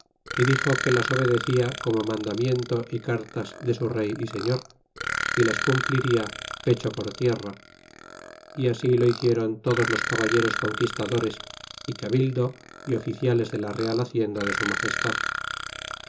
cabeza dixo que las obedecia como mandamiento é cartas de su rey y señor y las cumplirla pecho por tierra y así lo hiciéron todos los caballeros conquistadores y cabildo y oficiales de la real hacienda de su magestad